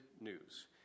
news